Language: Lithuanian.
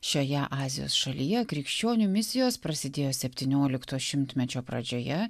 šioje azijos šalyje krikščionių misijos prasidėjo septyniolikto šimtmečio pradžioje